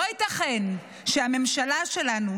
לא ייתכן שהממשלה שלנו,